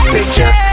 Picture